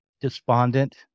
despondent